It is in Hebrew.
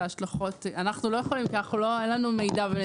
ההשלכות כי אין לנו מידע.